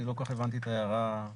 אני לא כל כך הבנתי את ההערה לנוסח.